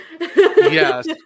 Yes